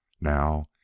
Now